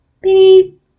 beep